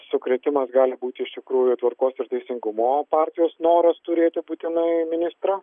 sukrėtimas gali būti iš tikrųjų tvarkos ir teisingumo partijos noras turėti būtinai ministrą